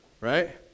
right